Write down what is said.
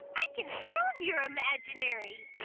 i can prove you're imaginary.